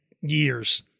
years